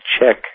check